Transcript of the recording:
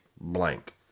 blank